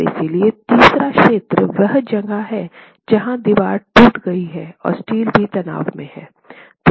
और इसलिए तीसरा क्षेत्र वह जगह है जहां दीवार टूट गई है और स्टील भी तनाव में है